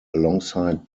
alongside